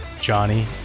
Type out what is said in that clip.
Johnny